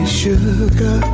sugar